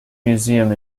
museum